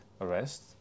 arrest